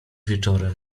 wieczorem